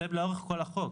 זה לאורך כל החוק.